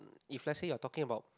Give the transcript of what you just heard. if let's say you are talking about